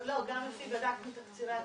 לא, בדקנו את תקצירי התיקים.